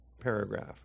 paragraph